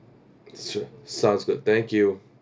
sure sounds good thank you